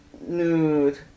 nude